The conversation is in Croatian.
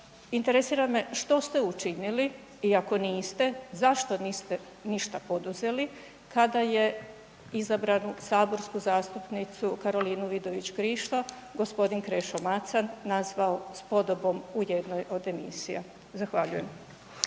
interesira me što ste učinili i ako niste, zašto niste ništa poduzeli kada je izabranu saborsku zastupnicu Karolinu Vidović Krišto g. Krešo Macan nazvao spodobom u jednoj od emisija? Zahvaljujem.